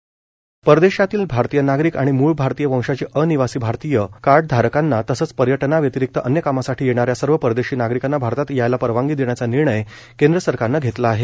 वंदे भारत अभियान परदेशातील भारतीय नागरिक आणि मूळ भारतीय वंशाचे अनिवासी भारतीय कार्ड धारकांना तसंच पर्यटनाव्यतिरिक्त अन्य कामासाठी येणाऱ्या सर्व परदेशी नागरिकांना भारतात यायला परवानगी देण्याचा निर्णय केंद्र सरकारनं घेतला आहे